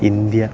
India